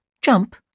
jump